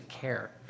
care